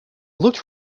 looked